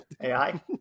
AI